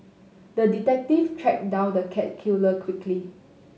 the detective tracked down the cat killer quickly